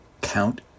Count